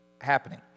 happening